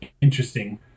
interesting